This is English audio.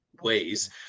ways